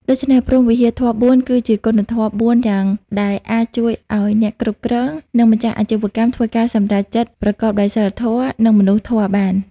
ដូចនេះ ព្រហ្មវិហារធម៌៤ គឺជាគុណធម៌៤យ៉ាងដែលអាចជួយឱ្យអ្នកគ្រប់គ្រង និងម្ចាស់អាជីវកម្មធ្វើការសម្រេចចិត្តប្រកបដោយសីលធម៌ និងមនុស្សធម៌បាន។